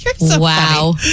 Wow